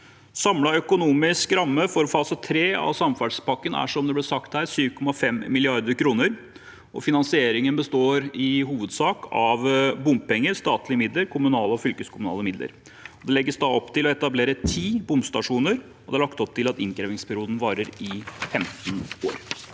Samlet økonomisk ramme for fase 3 av samferdselspakken er, som det ble sagt her, 7,5 mrd. kr, og finansieringen består i hovedsak av bompenger, statlige midler, kommunale og fylkeskommunale midler. Det legges opp til å etablere ti bomstasjoner, og det er lagt opp til at innkrevingsperioden varer i 15 år.